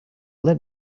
let